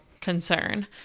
concern